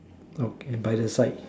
okay by the side